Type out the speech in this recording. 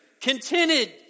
Contented